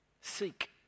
Seek